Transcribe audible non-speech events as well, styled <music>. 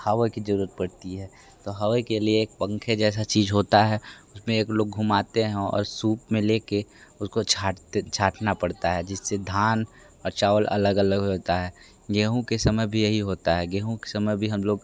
हवा की जरूरत पड़ती है तो हवे के लिए एक पंखे जैसा चीज़ होता है उसमें एक लोग घुमाते है और सूप में लेके उसको <unintelligible> पड़ता है जिससे धान और चावल अलग अलग होता है गेहूँ के समय भी यही होता है गेहूँ के समय भी हम लोग